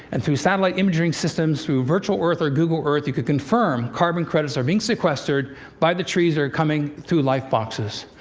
and through satellite imaging systems, through virtual earth or google earth, you could confirm carbon credits are being sequestered by the trees that are coming through life boxes.